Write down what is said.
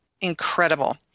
incredible